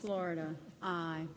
florida i